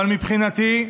אבל מבחינתי,